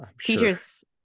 teachers